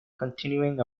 continuing